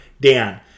Dan